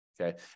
okay